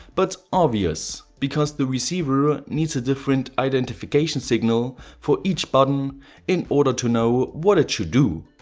but obvious because the receiver needs a different identification signal for each button in order to know what it should do